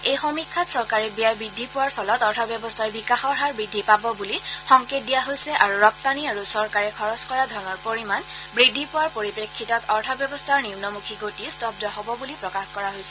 এই সমীক্ষাত চৰকাৰী ব্যয় বৃদ্ধি পোৱাৰ ফলত অৰ্থব্যৱস্থাৰ বিকাশৰ হাৰ বৃদ্ধি পাব বুলি সংকেত দিয়া হৈছে আৰু ৰপ্তানি আৰু চৰকাৰে খৰচ কৰা ধনৰ পৰিমাণ বৃদ্ধি পোৱাৰ পৰিপ্ৰেক্ষিতত অৰ্থব্যৱস্থাৰ নিম্নমুখী গতি স্তব্ধ হ'ব বুলি প্ৰকাশ কৰা হৈছে